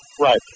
Right